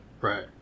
Right